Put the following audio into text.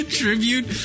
tribute